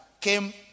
came